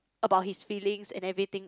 about his feelings and everything